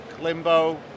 Limbo